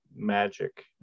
magic